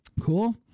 Cool